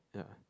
yeah